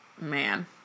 man